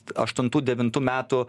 aštuntų devintų metų